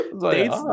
dates